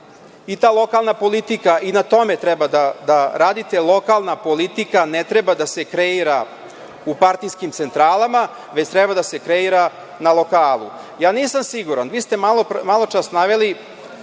i ta lokalna politika, i na tome treba da radite. Lokalna politika ne treba da se kreira u partijskim centralama, već treba da se kreira na lokalu. Nisam siguran, vi ste maločas naveli,